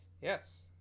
Yes